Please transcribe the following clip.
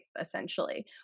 essentially